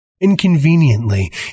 Inconveniently